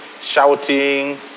shouting